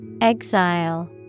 Exile